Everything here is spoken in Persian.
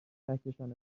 کهکشان